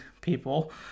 people